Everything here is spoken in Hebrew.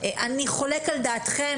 אני חולק על דעתכם,